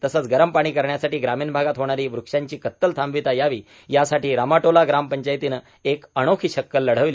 तसंच गरम पाणी करण्यासाठी ग्रामीण भागात होणारी व्रक्षांची कत्तल थांबविता यावी यासाठी रामाटोला ग्राम पंचायतीने एक अनोखी शकलं लढविली